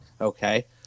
Okay